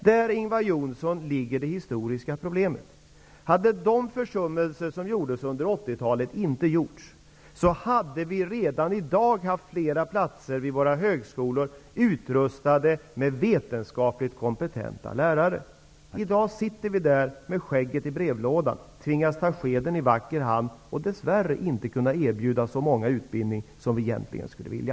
Där ligger det historiska problemet, Ingvar Johnsson. Om försummelserna under 80-talet inte hade gjorts, hade vi redan i dag haft flera platser vid högskolorna, utrustade med vetenskapligt kompetenta lärare. I dag sitter vi där med skägget i brevlådan och tvingas ta skeden i vacker hand, och vi kan dess värre inte erbjuda så många utbildningsplatser som vi egentligen skulle vilja.